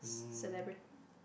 mm